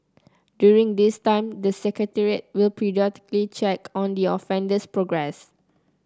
during this time the secretariat will periodically check on the offender's progress